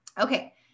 Okay